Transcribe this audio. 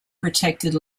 protected